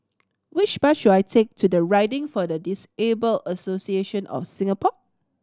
which bus should I take to Riding for the Disabled Association of Singapore